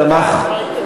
נתקבלה.